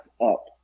up